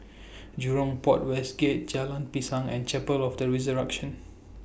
Jurong Port West Gate Jalan Pisang and Chapel of The Resurrection